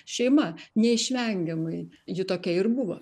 šeima neišvengiamai ji tokia ir buvo